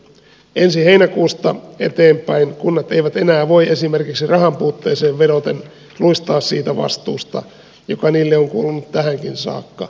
ensi heinäkuusta eteenpäin kunnat eivät enää voi esimerkiksi rahanpuutteeseen vedoten luistaa siitä vastuusta joka niille on kuulunut tähänkin saakka